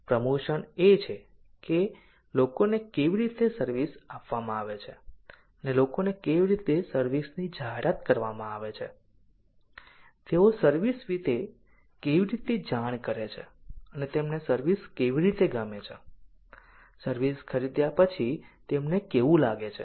promotion એ છે કે લોકોને કેવી રીતે સર્વિસ આપવામાં આવે છે અને લોકોને કેવી રીતે સર્વિસ ની જાહેરાત કરવામાં આવે છે તેઓ સર્વિસ વિશે કેવી રીતે જાણ કરે છે તેમને સર્વિસ કેવી રીતે ગમે છે સર્વિસ ખરીદ્યા પછી તેમને કેવું લાગે છે